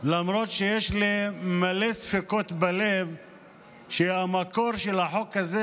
למרות שיש לי מלא ספקות בלב שהמקור של החוק הזה,